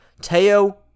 Teo